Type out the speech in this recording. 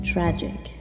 Tragic